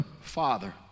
father